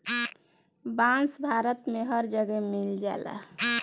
बांस भारत में हर जगे मिल जाला